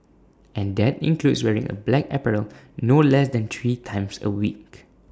and that includes wearing A black apparel no less than three times A week